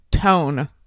Tone